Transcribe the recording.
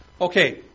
Okay